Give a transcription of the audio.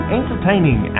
entertaining